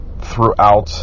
throughout